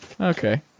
Okay